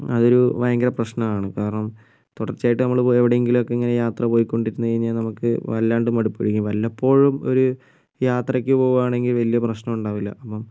അതൊരു ഭയങ്കര പ്രശ്നമാണ് കാരണം തുടർച്ചയായിട്ട് നമ്മളിപ്പോൾ എവിടെയെങ്കിലുമൊക്കെ ഇങ്ങനെ യാത്ര പോയി കൊണ്ടിരുന്നു കഴിഞ്ഞാല് നമുക്ക് വല്ലാതെ മടുപ്പായിരിക്കും വല്ലപ്പോഴും ഒരു യാത്രയ്ക്ക് പോവുകയാണെങ്കിൽ വലിയ പ്രശ്നം ഉണ്ടാവില്ല അപ്പം